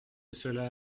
cela